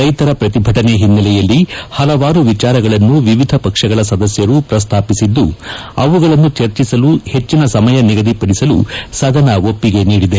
ರೈತರ ಪ್ರತಿಭಟನೆ ಹಿನ್ಸೆಲೆಯಲ್ಲಿ ಹಲವಾರು ವಿಚಾರಗಳನ್ನು ವಿವಿಧ ಪಕ್ಷಗಳ ಸದಸ್ಯರು ಪ್ರಸ್ತಾಪಿಸಿದ್ದು ಅವುಗಳನ್ನು ಚರ್ಚಿಸಲು ಹೆಚ್ಚಿನ ಸಮಯ ನಿಗದಿಪದಿಸಲು ಸದನ ಒಪ್ಪಿಗೆ ನೀಡಿದೆ